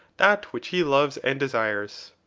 that which he loves and desires?